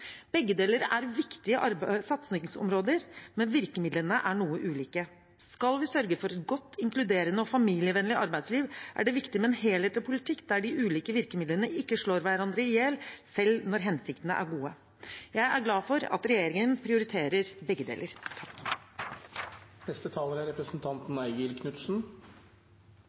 Begge deler er viktige satsingsområder, men virkemidlene er noe ulike. Skal vi sørge for et godt, inkluderende og familievennlig arbeidsliv, er det viktig med en helhetlig politikk der de ulike virkemidlene ikke slår hverandre i hjel, selv når hensiktene er gode. Jeg er glad for at regjeringen prioriterer begge deler. Arbeiderpartiet er